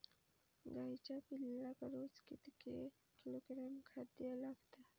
गाईच्या पिल्लाक रोज कितके किलोग्रॅम खाद्य लागता?